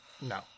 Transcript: No